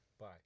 Bye